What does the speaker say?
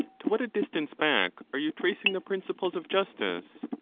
to what a distance back are you tracing the principles of justice!